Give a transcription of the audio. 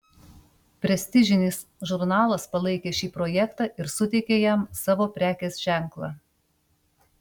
prestižinis žurnalas palaikė šį projektą ir suteikė jam savo prekės ženklą